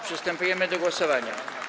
Przystępujemy do głosowania.